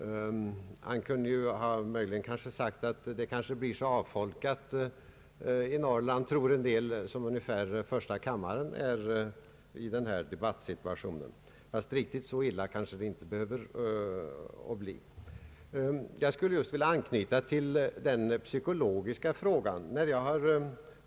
Han kunde möjligen ha sagt att det kanske blir lika avfolkat i Norrland som första kammaren är i denna debattsituation. Riktigt så illa kanske det ändå inte behöver bli. Jag skulle vilja anknyta till den psykologiska frågan.